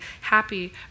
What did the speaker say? happy